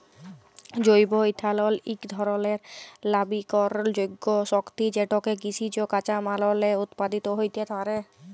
জৈব ইথালল ইক ধরলের লবিকরলযোগ্য শক্তি যেটকে কিসিজ কাঁচামাললে উৎপাদিত হ্যইতে পারে